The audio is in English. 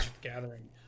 gathering